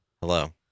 hello